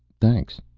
thanks.